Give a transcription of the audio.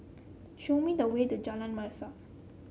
show me the way to Jalan Mesra